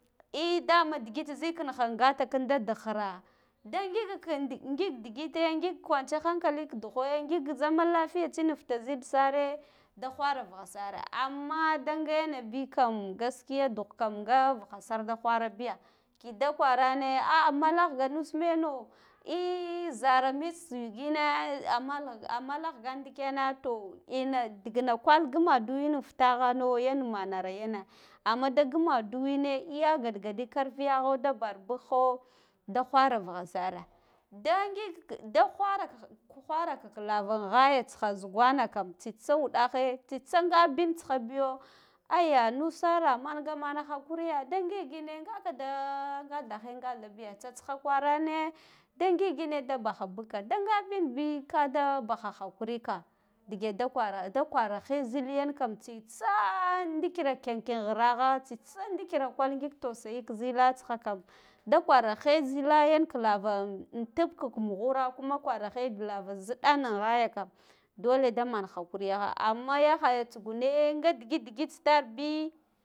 Ehh dama digid zikin gha an ngata kidda dikkhira da ngik ngik digite ngig kwance hankaliga ka dughwe ngig zaman lafiya tsin futa zidsare da whara vughas are amma ba ngayana bikam gaskia dugh kam nga vugha sar da whara biya kida kwarana a malahga nus meno ehh zara mtsa yigine a mallah a malahgan ndikena to ine digina kal gumadiwe an futahane yan manara yena amma da gumduwene ya galgaɗi karfiyagho da barbukgho da whara bugha sare da ngig da whara whara ka lava an ghaya tsiha zugwa na kam tsitsa uɗahe tsitsa ngabin tsiha biyo ayya nusara manga mana hakkuriya da ngigne ngaka da nga ɗha hanghdha biya tsatsiha kwarane da ngigna da baha buk ka ngabinbi kada bahu halurika dige da kwara da kwarahe zil yankam tsaa ndikira kenken ghira gha tsitsa ndikira kat ngig tasuyiki zila tsikham da kwarahe zila yan ka lavan am amdib kk mughura kuma kwarahe da lava ziɗan an ghaya kam dole da man hakkuriyaha amma yahaya tsugune nga digid digid tsitarbi